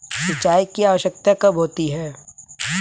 सिंचाई की आवश्यकता कब होती है?